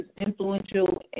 influential